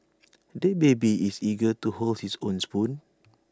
the baby is eager to hold his own spoon